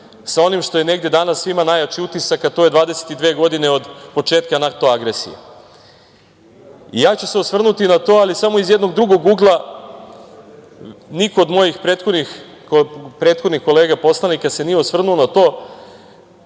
sa onim što je negde danas svima najjači utisak, a to je 22 godine od početka NATO agresije. Ja ću se osvrnuti na to, ali samo iz jednog drugog ugla, niko od mojih prethodnih kolega poslanika se nije osvrnuo na